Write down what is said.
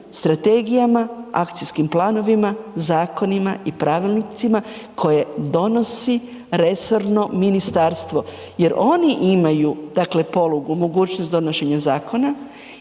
strategijama, akcijskim planovima, zakonima i pravilnicima koje donosi resorno ministarstvo jer oni imaju, dakle polugu, mogućnost donošenja zakona,